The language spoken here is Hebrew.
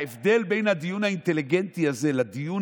ההבדל בין הדיון האינטליגנטי הזה לדיון